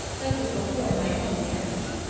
that was before my own marriage.